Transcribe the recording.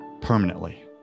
permanently